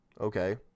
Okay